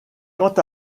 quant